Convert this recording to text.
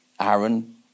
Aaron